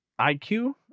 IQ